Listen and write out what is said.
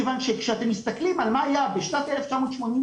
מכיוון כשאתם מסתכלים על מה בשנת 1983,